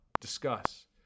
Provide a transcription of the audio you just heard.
Discuss